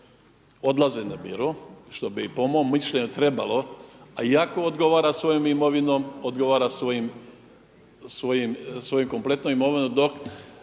odlaze na biro što bi po mom mišljenju trebalo. Iako odgovara svojom imovinom, odgovara svojom kompletnom imovinom dok